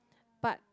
but